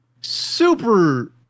super